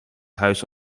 huis